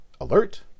alert